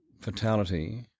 fatality